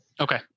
Okay